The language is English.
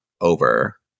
over